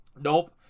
Nope